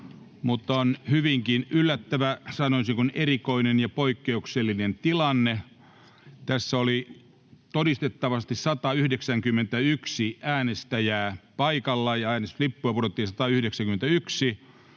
mutta on hyvinkin yllättävä, sanoisinko erikoinen ja poikkeuksellinen tilanne: tässä oli todistettavasti 191 äänestäjää paikalla ja äänestyslippuja pudotettiin 191,